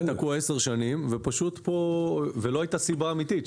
היה תקוע עשר שנים והכי עצוב זה שלא הייתה סיבה אמיתית.